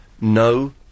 no